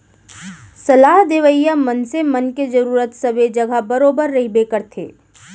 सलाह देवइया मनसे मन के जरुरत सबे जघा बरोबर रहिबे करथे